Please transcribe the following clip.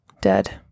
dead